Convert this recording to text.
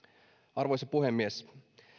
arvoisa puhemies